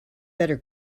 better